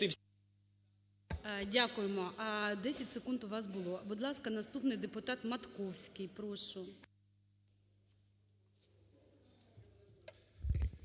Дякуємо. 10 секунд у вас було. Будь ласка, наступний депутат Матківський. Прошу.